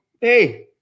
Hey